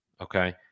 Okay